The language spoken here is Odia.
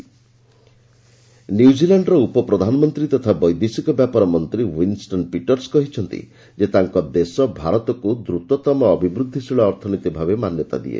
ଇଣ୍ଡିଆ ନ୍ୟୁଜିଲାଣ୍ଡ ନ୍ୟୁଜିଲାଣ୍ଡର ଉପପ୍ରଧାନମନ୍ତ୍ରୀ ତଥା ବୈଦେଶିକ ବ୍ୟାପାର ମନ୍ତ୍ରୀ ଓ୍ୱିନ୍ଷ୍ଟନ୍ ପିଟର୍ସ୍ କହିଛନ୍ତି ଯେ ତାଙ୍କ ଦେଶ ଭାରତକୁ ଦ୍ରୁତତମ ଅଭିବୃଦ୍ଧିଶୀଳ ଅର୍ଥନୀତି ଭାବେ ମାନ୍ୟତା ଦିଏ